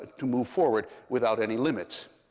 to move forward without any limits.